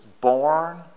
born